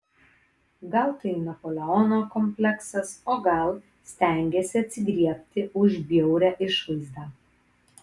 gal tai napoleono kompleksas o gal stengiasi atsigriebti už bjaurią išvaizdą